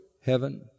heaven